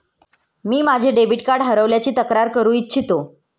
मी माझे debit card हरवल्याची तक्रार करू इच्छितो